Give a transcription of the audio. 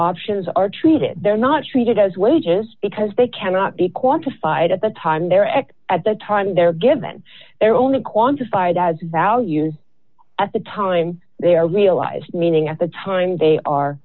options are treated they're not treated as wages because they cannot be quantified at the time they're at at the time they're given they're only quantified as values at the time they are realized meaning at the time they are